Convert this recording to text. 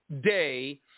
day